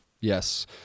Yes